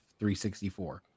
364